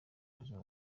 buzima